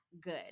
good